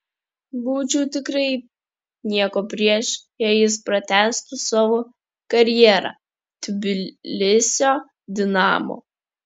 būčiau tikrai nieko prieš jei jis pratęstų savo karjerą tbilisio dinamo